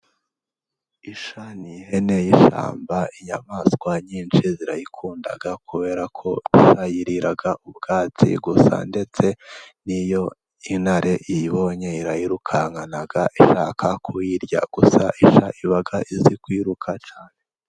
Isha n'ihene y'ishyamba inyamaswa nyinshi zirayikunda kubera ko zayirira ubwatsi, gusa ndetse n'iyo intare iyibonye irayirukankana ishaka kuyirya gusa isha iba izi kwiruka cyane.